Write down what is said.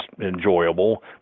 enjoyable